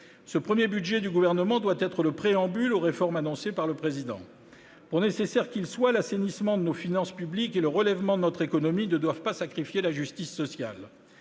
Ce premier budget du Gouvernement doit être le préambule aux réformes annoncées par le Président de la République. Pour nécessaires qu'ils soient, l'assainissement de nos finances publiques et le relèvement de notre économie ne doivent pas sacrifier la justice sociale.